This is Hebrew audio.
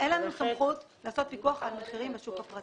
אין לנו סמכות לעשות פיקוח על מחירים בשוק הפרטי.